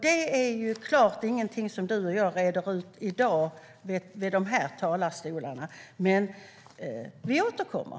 Det är såklart ingenting som du och jag reder ut i de här talarstolarna i dag, Penilla Gunther, men vi återkommer.